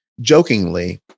jokingly